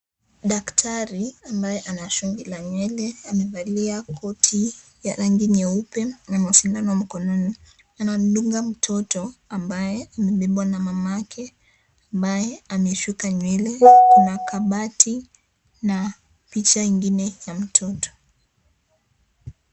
Daktari naye ana shugi la nywele amevalia koti ya rangi nyeupe ana sindano mkononi ,anamdunga mtoto ambaye amebebwa na mamake ambaye ameshuka nywele, kuna kabati na picha ingine ya mtoto.